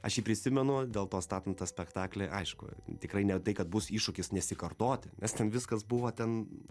aš jį prisimenu dėl to statant tą spektaklį aišku tikrai ne tai kad bus iššūkis nesikartoti nes ten viskas buvo ten